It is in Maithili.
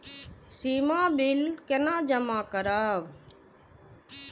सीमा बिल केना जमा करब?